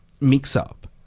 mix-up